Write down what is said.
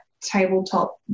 tabletop